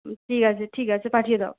হ্যাঁ ঠিক আছে ঠিক আছে পাঠিয়ে দাও